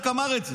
אמר את זה.